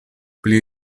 pli